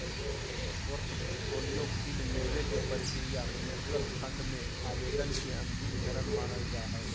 portfolio pin लेबे के प्रक्रिया म्यूच्यूअल फंड मे आवेदन के अंतिम चरण मानल जा हय